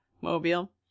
mobile